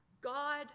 God